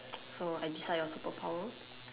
so I decide on superpower